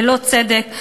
ללא צדק,